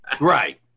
Right